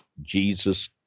Jesus